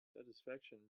satisfaction